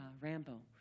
Rambo